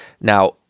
Now